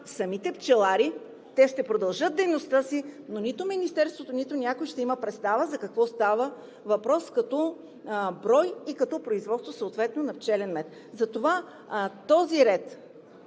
самите пчелари. Те ще продължат дейността си, но нито Министерството, нито някой ще има представа за какво става въпрос като брой и съответно като производство на пчелен мед. Затова този ред,